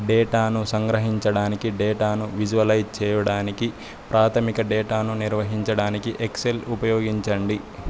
డేటాను సంగ్రహించడానికి డేటాను విజువలైజ్ చేయిడానికి ప్రాథమిక డేటాను నిర్వహించడానికి ఎక్సెల్ ఉపయోగించండి